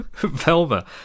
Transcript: Velma